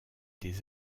des